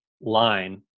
line